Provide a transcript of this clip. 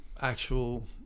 actual